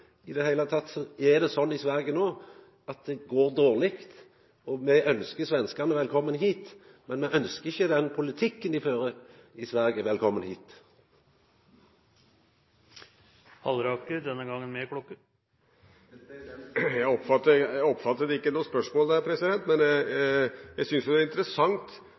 i det heile manglande investeringar. Det er sånn i Sverige no at det går dårleg, og me ønskjer svenskane velkomne hit. Men me ønskjer ikkje den politikken dei fører i Sverige velkomen hit, og det er den politikken Høgre står for. Jeg oppfattet ikke noe spørsmål, men jeg synes det er interessant